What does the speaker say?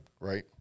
Right